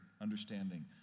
understanding